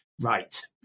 right